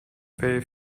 very